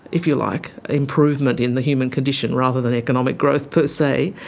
if you like improvement in the human condition rather than economic growth per se,